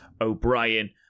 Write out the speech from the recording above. O'Brien